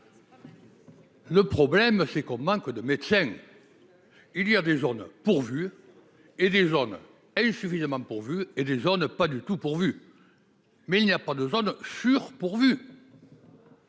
Le problème, c'est que l'on manque de médecins : il y a des zones pourvues, des zones insuffisamment pourvues et des zones pas du tout pourvues. Mais il n'y a pas de zones « sur-pourvues